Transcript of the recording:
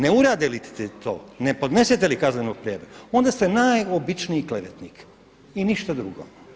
Ne uradite li to, ne podnesete li kaznenu prijavu onda ste najobičniji klevetnik i ništa drugo.